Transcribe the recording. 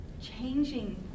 changing